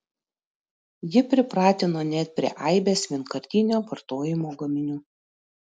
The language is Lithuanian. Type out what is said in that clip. ji pripratino net prie aibės vienkartinio vartojimo gaminių